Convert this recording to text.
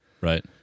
Right